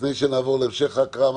לפני שנעבור להמשך ההקראה.